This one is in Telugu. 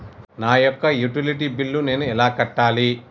నా యొక్క యుటిలిటీ బిల్లు నేను ఎలా కట్టాలి?